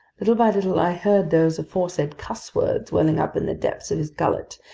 little by little, i heard those aforesaid cusswords welling up in the depths of his gullet,